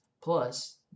plus